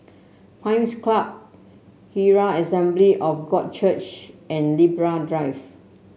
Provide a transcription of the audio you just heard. Pines Club Herald Assembly of God Church and Libra Drive